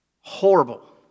Horrible